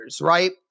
right